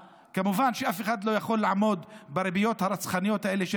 כמובן שאף אחד לא יכול לעמוד בריביות הרצחניות האלה של